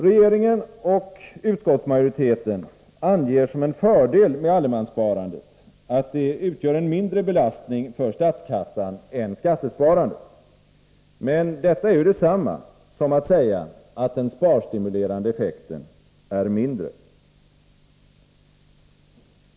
Regeringen och utskottsmajoriteten anger som en fördel med allemanssparandet att det utgör en mindre belastning för statskassan än skattesparandet. Men detta är ju detsamma som att säga att den sparstimulerande effekten är mindre.